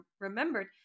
remembered